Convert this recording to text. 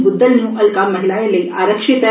ब्द्दल न्यू हल्का महिलाएं लेई आरिक्षत ऐ